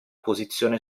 posizione